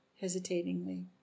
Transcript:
hesitatingly